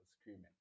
screaming